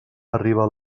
arriba